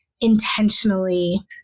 intentionally